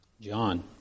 John